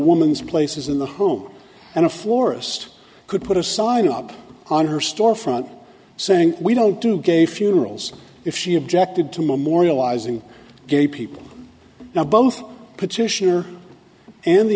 woman's place is in the home and a florist could put a sign up on her storefront saying we don't do gay funerals if she objected to memorializing gay people now both petitioner and the